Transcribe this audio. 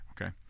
okay